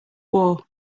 war